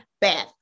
bad